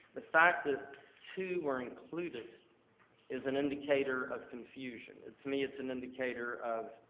the fact that two were included is an indicator of confusion. to me, it's an indicator of,